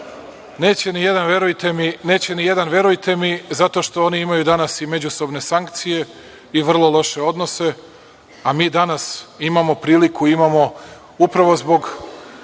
Neće ni jedan, verujte mi zato što oni imaju danas međusobne sankcije i vrlo loše odnose, a mi danas imamo priliku upravo zbog